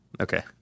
Okay